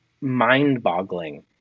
mind-boggling